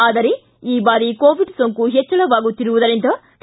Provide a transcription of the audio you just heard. ಆದರೆ ಈ ಬಾರಿ ಕೋವಿಡ್ ಸೋಂಕು ಹೆಚ್ಚಳವಾಗುತ್ತಿರುವುದರಿಂದ ತಿ